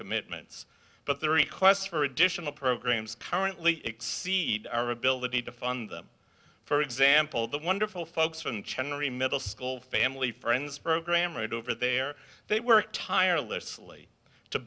commitments but the requests for additional programs currently exceed our ability to fund them for example the wonderful folks from chandlery middle school family friends program right over there they work tirelessly to